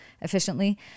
efficiently